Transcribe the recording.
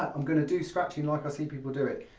i'm going to do scratching like i see people do it.